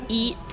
eat